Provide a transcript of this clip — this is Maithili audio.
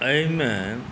एहिमे